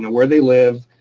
and where they live,